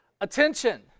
attention